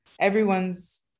everyone's